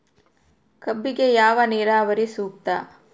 ಕಬ್ಬಿಗೆ ಯಾವ ನೇರಾವರಿ ಸೂಕ್ತ?